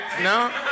No